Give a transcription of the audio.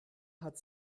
hat